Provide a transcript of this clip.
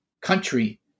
country